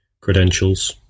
credentials